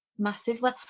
massively